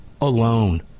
alone